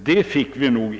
Herr talman!